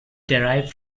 derived